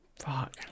Fuck